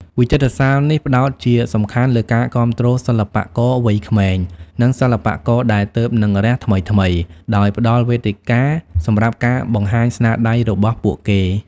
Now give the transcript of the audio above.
វិចិត្រសាលនេះផ្តោតជាសំខាន់លើការគាំទ្រសិល្បករវ័យក្មេង និងសិល្បករដែលទើបនឹងរះថ្មីៗ ដោយផ្តល់វេទិកាសម្រាប់ការបង្ហាញស្នាដៃរបស់ពួកគេ។